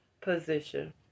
position